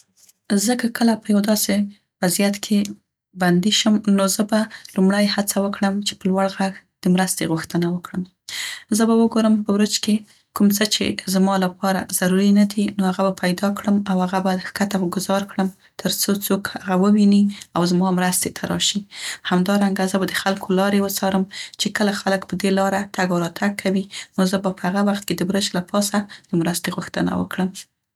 زه که کله په یوه داسې وضعیت کې بندي شم نو زه به لومړی هڅه وکړم چې په لوړ غږ د مرستې غوښتنه وکړ. زه به وګورم په برج کې کوم څه چې زما لپاره ضروري ندي، نو هغه به پیدا کړم او هغه به د ښکته ګذار کړم تر څو څوک هغه وویني او زما مرستې ته راشي. همدارنګه زه به د خلکو لارې وڅارم چې کله خلک په دې لاره تګ او راتګ کوي ،نو زه به په هغه وخت د برج له پاسه د مرستې غوښتنه وکړم.